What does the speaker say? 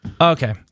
Okay